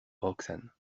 roxane